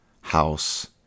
house